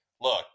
look